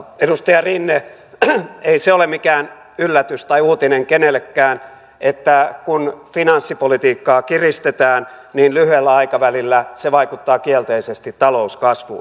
edustaja rinne ei se ole mikään yllätys tai uutinen kenellekään että kun finanssipolitiikkaa kiristetään niin lyhyellä aikavälillä se vaikuttaa kielteisesti talouskasvuun